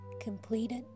completed